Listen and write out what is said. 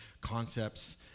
concepts